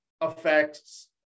affects